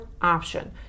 option